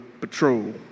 Patrol